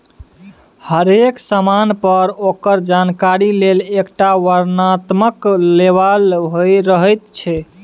हरेक समान पर ओकर जानकारी लेल एकटा वर्णनात्मक लेबल रहैत छै